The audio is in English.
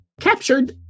captured